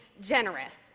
generous